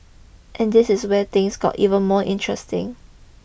and this is where things get even more interesting